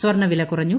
സ്വർണവില കുറഞ്ഞു